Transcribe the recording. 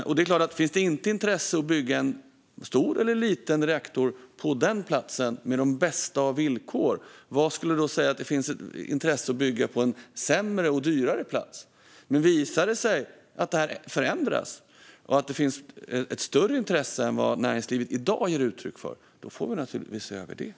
Om det inte finns intresse av att bygga en stor eller en liten reaktor på den platsen, med de bästa av villkor, vad säger då att det skulle finns intresse av att bygga på en sämre och dyrare plats? Om det visar sig att detta förändras och det finns ett större intresse än vad näringslivet i dag ger uttryck för får vi naturligtvis se över detta.